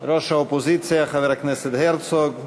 ראש האופוזיציה חבר הכנסת הרצוג,